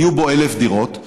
ויהיו בו 1,000 דירות,